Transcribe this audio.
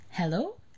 Hello